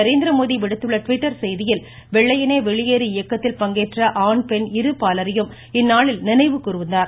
நரேந்திரமோதி விடுத்துள்ள டிவிட்டர் செய்தியில் வெள்ளையனே வெளியேறு இயக்கத்தில் பங்கேற்ற ஆண் பெண் இருபாலரையும் இந்நாளில் நினைவு கூ்ந்தார்